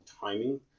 timing